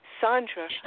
Sandra